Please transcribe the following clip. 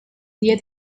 dia